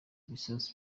ibisasu